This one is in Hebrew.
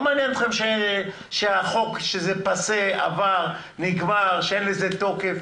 לא מעניין אתכם שהחוק עבר, נגמר, שאין לו תוקף?